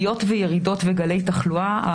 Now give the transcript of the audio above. אנחנו בהחלט מתחילים לראות ירידה גם בחולים הקשים והקריטיים.